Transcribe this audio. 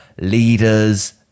leaders